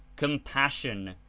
compassion,